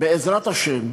בעזרת השם,